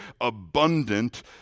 abundant